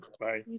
bye